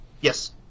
Yes